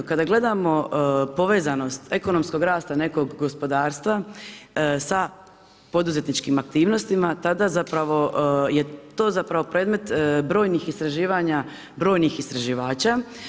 Kada gledamo povezanost ekonomskog rasta nekog gospodarstva sa poduzetničkim aktivnostima, tada zapravo je to zapravo predmet brojnih istraživanja, brojnih istraživača.